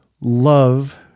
love